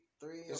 three